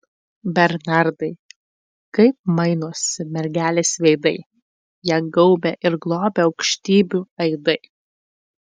bernardai kaip mainosi mergelės veidai ją gaubia ir globia aukštybių aidai